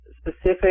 specific